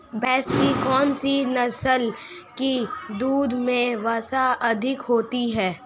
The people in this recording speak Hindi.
भैंस की कौनसी नस्ल के दूध में वसा अधिक होती है?